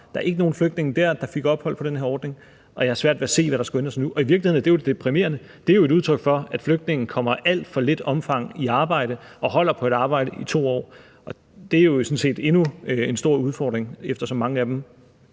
Der var ikke nogen flygtninge, der fik ophold på den ordning, og jeg har svært ved at se, hvad der skulle ændre sig nu. Og i virkeligheden – det er jo det deprimerende – er det jo et udtryk for, at flygtningene i alt for lille omfang kommer i arbejde og holder på et arbejde i 2 år. Det er sådan set endnu en stor udfordring, eftersom mange af dem